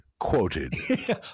Quoted